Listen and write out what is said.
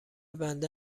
بنده